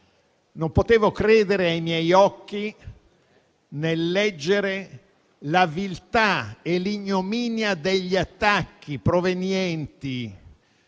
non potevo credere ai miei occhi nel leggere la viltà e l'ignominia degli attacchi provenienti